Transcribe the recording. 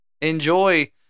Enjoy